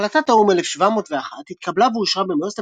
החלטת האו"ם 1701 התקבלה ואושרה במועצת